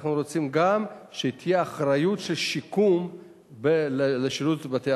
אנחנו רוצים שגם תהיה לשירות בתי-הסוהר